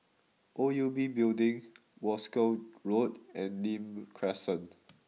O U B Building Wolskel Road and Nim Crescent